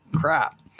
crap